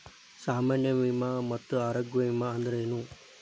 ಸಾಮಾನ್ಯ ವಿಮಾ ಮತ್ತ ಆರೋಗ್ಯ ವಿಮಾ ಅಂದ್ರೇನು?